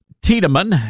Tiedemann